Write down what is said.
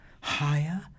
higher